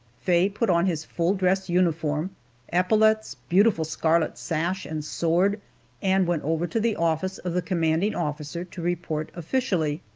faye put on his full-dress uniform epaulets, beautiful scarlet sash, and sword and went over to the office of the commanding officer to report officially.